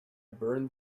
burned